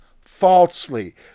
falsely